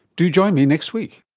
do join me next week